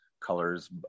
colors